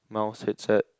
mouse headset